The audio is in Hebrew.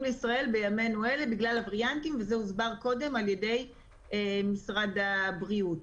לישראל בימינו בגלל הווריאנטים וזה הוסבר קודם על ידי משרד הבריאות.